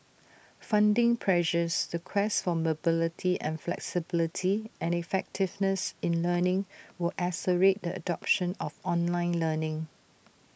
funding pressures the quest for mobility and flexibility and effectiveness in learning will the adoption of online learning